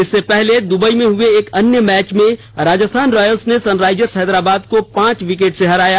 इससे पहले दुबई में हुए एक अन्य भैच में राजस्थान रॉयल्स ने सनराइजर्स हैदराबाद को पांच विकेट से हराया